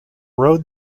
road